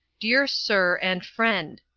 dear sur and frend.